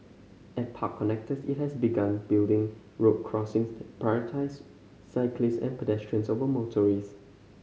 at park connectors it has begun building road crossings that prioritise cyclists and pedestrians over motorists